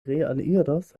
realiros